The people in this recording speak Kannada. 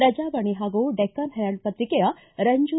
ಪ್ರಜಾವಾಣಿ ಹಾಗು ಡೆಕ್ಕನ್ ಹೆರಾಲ್ದ ಪತ್ರಿಕೆಯ ರಂಜು